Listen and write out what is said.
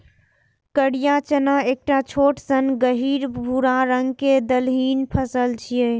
करिया चना एकटा छोट सन गहींर भूरा रंग के दलहनी फसल छियै